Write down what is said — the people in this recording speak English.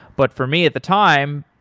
but for me at the time,